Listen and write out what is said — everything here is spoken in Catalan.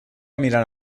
mirant